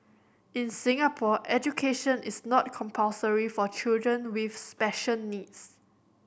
in Singapore education is not compulsory for children with special needs